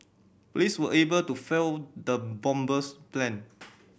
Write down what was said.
police were able to foil the bomber's plan